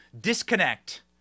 disconnect